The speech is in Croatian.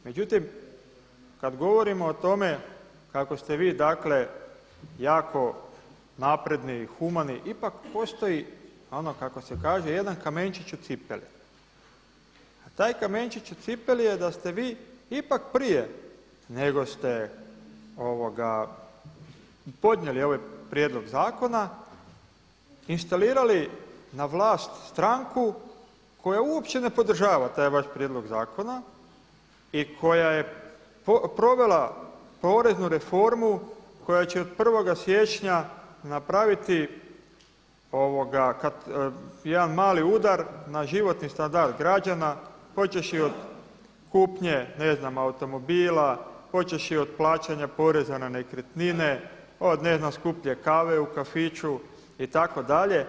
Međutim, kad govorimo o tome kako ste vi dakle jako napredni i humani ipak postoji ono kako se kaže jedan kamenčić u cipeli a taj kamenčić u cipeli je da ste vi ipak prije nego ste podnijeli ovaj prijedlog zakona instalirali na vlast stranku koja uopće ne podržava taj vaš prijedlog zakona i koja je provela poreznu reformu koja će od 1. siječnja napraviti jedan mali udar na životni standard građana počevši od kupnje automobila, počevši od plaćanja poreza na nekretnine, od ne znam skuplje kave u kafiću itd.